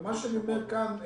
ומה שאני אומר כאן,